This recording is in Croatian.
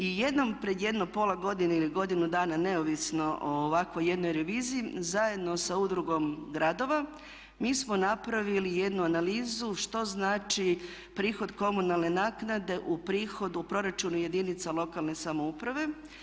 I jednom pred jedno pola godine ili godinu dana neovisno o ovako jednoj reviziji zajedno sa Udrugom gradova mi smo napravili jednu analizu što znači prihod komunalne naknade u prihodu, u proračunu jedinica lokalne samouprave.